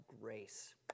grace